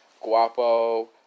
Guapo